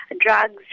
drugs